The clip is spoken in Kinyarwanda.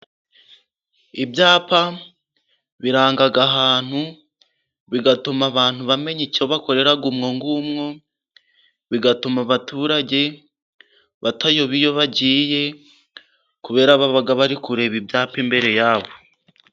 Ibyapa biranga ahantu, bigatuma abantu bamenya icyo bakorera umwo ngumwo, bigatuma abaturage batayoba iyo bagiye, kubera baba bari kureba ibyapa imbere yabo.